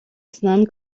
санаан